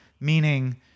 meaning